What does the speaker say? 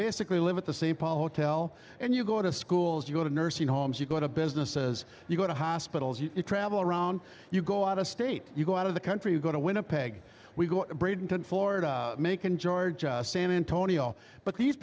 basically live at the same pollo tell and you go to schools you go to nursing homes you go to businesses you go to hospitals you travel around you go out of state you go out of the country you go to winnipeg we go braden to florida macon georgia san antonio but these